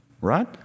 Right